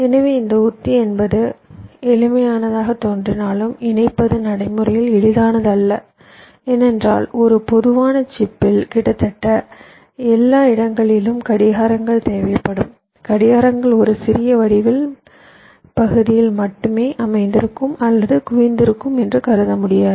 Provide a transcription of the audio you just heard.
எனவே இந்த உத்தி என்பது எளிமையானதாகத் தோன்றினாலும் இணைப்பது நடைமுறையில் எளிதானது அல்ல ஏனென்றால் ஒரு பொதுவான சிப்பில் கிட்டத்தட்ட எல்லா இடங்களிலும் கடிகாரங்கள் தேவைப்படும் கடிகாரங்கள் ஒரு சிறிய வடிவியல் பகுதியில் மட்டுமே அமைந்திருக்கும் அல்லது குவிந்திருக்கும் என்று கருத முடியாது